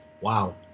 Wow